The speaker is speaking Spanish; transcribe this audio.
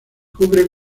cubre